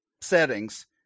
settings